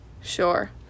Sure